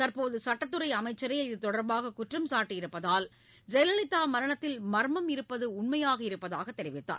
தற்போது சட்டத்துறை அமைச்சரே இது தொடர்பாக குற்றம் சாட்டியிருப்பதால் ஜெயலலிதா மரணத்தில் மர்மம் இருப்பது உண்மையாகியிருப்பதாகத் தெரிவித்தார்